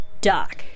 Doc